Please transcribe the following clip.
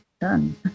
done